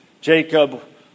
Jacob